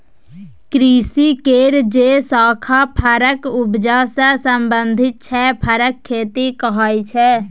कृषि केर जे शाखा फरक उपजा सँ संबंधित छै फरक खेती कहाइ छै